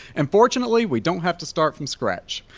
and fortunately we don't have to start from scratch.